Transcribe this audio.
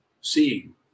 seeing